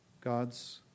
God's